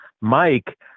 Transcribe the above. Mike